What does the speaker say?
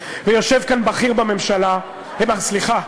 יושב כאן בכיר בממשלה, סליחה,